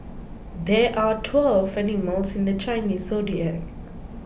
there are twelve animals in the Chinese zodiac